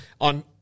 on